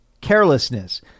carelessness